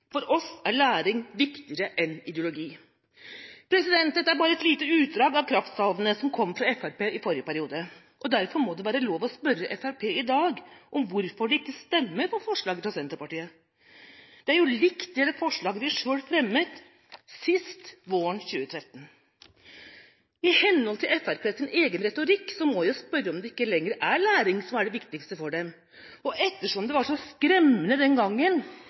For oss er læring viktigere enn ideologi.» Dette er bare et lite utdrag av kraftsalvene som kom fra Fremskrittspartiet i forrige periode. Derfor må det være lov å spørre Fremskrittspartiet i dag: Hvorfor stemmer de ikke for forslaget fra Senterpartiet? Det er jo likt det forslaget de selv fremmet våren 2013. I henhold til Fremskrittspartiets egen retorikk, må jeg spørre: Er det ikke lenger læring som er det viktigste for dem? Og ettersom det var så skremmende den gangen